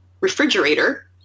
refrigerator